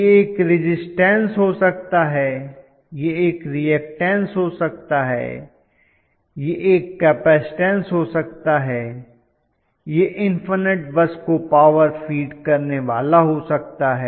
यह एक रिज़िस्टन्स हो सकता है यह एक रीऐक्टन्स हो सकता है यह एक कपैसिटन्स हो सकता है यह इन्फनट बस को पावर फीड करने वाला हो सकता है